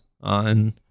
on